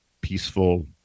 peaceful